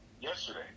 yesterday